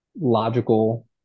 logical